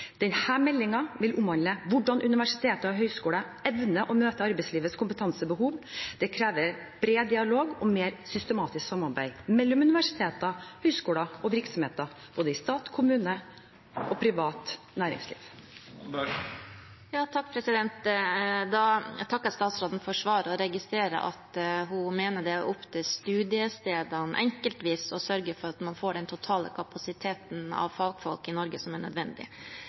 vil omhandle hvordan universiteter og høyskoler evner å møte arbeidslivets kompetansebehov. Det krever bredere dialog og mer systematisk samarbeid mellom universiteter, høyskoler og virksomheter både i stat, kommune og i privat næringsliv. Jeg takker statsråden for svaret. Da registrerer jeg at hun mener det er opp til studiestedene enkeltvis å sørge for at man får den totale kapasiteten av fagfolk i Norge som er nødvendig.